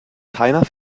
keiner